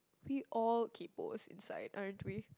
we all kaypos inside aren't we